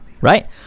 right